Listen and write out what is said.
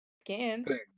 skin